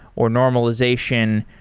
or normalization,